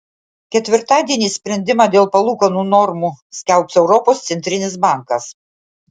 ketvirtadienį sprendimą dėl palūkanų normų skelbs europos centrinis bankas